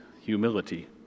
humility